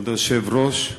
כבוד היושב-ראש,